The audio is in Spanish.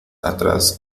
atrás